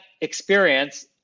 experience